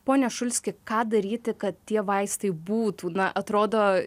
pone šulski ką daryti kad tie vaistai būtų na atrodo